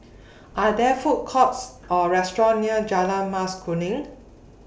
Are There Food Courts Or restaurants near Jalan Mas Kuning